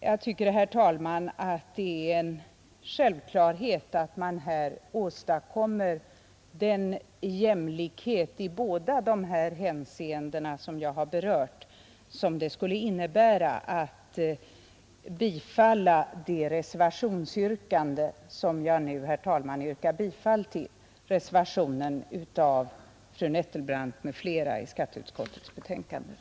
Jag tycker, herr talman, att det är en självklarhet att här söka åstadkomma den jämlikhet i båda de hänseenden jag har berört och som ett bifall till reservationsyrkandet skulle innebära. Jag yrkar alltså bifall till reservationen.